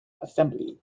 assembly